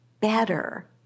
better